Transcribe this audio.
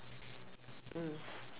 mm